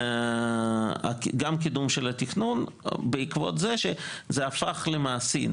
גם קידום של התכנון בעקבות זה שזה הפך למעשי.